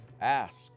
Ask